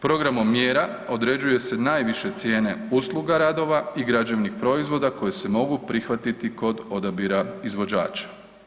Programom mjera određuje se najviše cijene usluga radova i građevnih proizvoda koji se mogu prihvatiti kod odabira izvođača.